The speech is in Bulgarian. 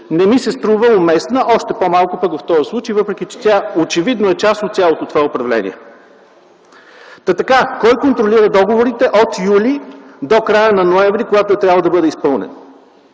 не ми се струва уместна, още по-малко пък в този случай, въпреки че тя очевидно е част от цялото това управление. Кой контролира договорите от юли до края на ноември, когато е трябвало да бъдат изпълнени?